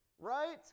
right